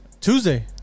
Tuesday